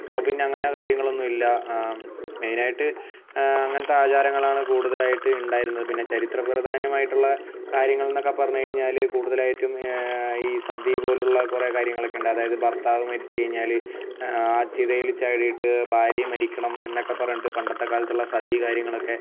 ഇപ്പം പിന്നെ അങ്ങനെ കാര്യങ്ങളൊന്നും ഇല്ല മെയിൻ ആയിട്ട് അങ്ങനത്തെ ആചാരങ്ങളാണ് കൂടുതലായിട്ട് ഉണ്ടായിരുന്നത് പിന്നെ ചരിത്ര പ്രധാനമായിട്ടുള്ള കാര്യങ്ങൾ എന്നൊക്കെ പറഞ്ഞുകഴിഞ്ഞാൽ കൂടുതലായിട്ടും ഈ സതി പോലെ ഉള്ള കുറേ കാര്യങ്ങളൊക്കെ ഉണ്ട് അതായത് ഭർത്താവ് മരിച്ച് കഴിഞ്ഞാൽ ആ ചിതയിൽ ചാടിയിട്ട് ഭാര്യയും മരിക്കണം എന്നൊക്കെ പറഞ്ഞിട്ട് പണ്ടത്തെ കാലത്തുള്ള സതി കാര്യങ്ങളൊക്കെ